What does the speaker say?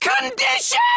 Condition